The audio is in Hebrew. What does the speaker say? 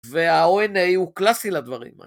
וה-ONA הוא קלאסי לדברים.